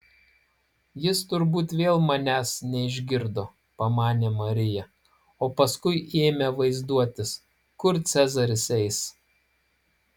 jis turbūt vėl manęs neišgirdo pamanė marija o paskui ėmė vaizduotis kur cezaris eis